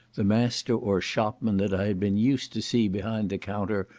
the master or shopman that i had been used to see behind the counter,